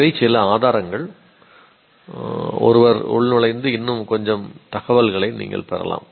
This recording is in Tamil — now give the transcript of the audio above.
இவை சில ஆதாரங்கள் ஒருவர் உள்நுழைந்து இன்னும் கொஞ்சம் தகவல்களைப் பெறலாம்